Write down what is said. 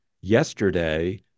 yesterday